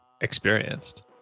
experienced